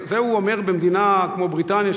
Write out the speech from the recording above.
את זה הוא אומר במדינה כמו בריטניה,